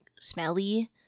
smelly